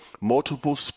multiple